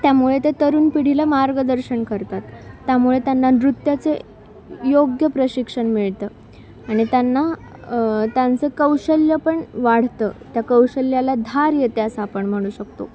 त्यामुळे ते तरुण पिढीला मार्गदर्शन करतात त्यामुळे त्यांना नृत्याचे योग्य प्रशिक्षण मिळतं आणि त्यांना त्यांचं कौशल्य पण वाढतं त्या कौशल्याला धार येते असं आपण म्हणू शकतो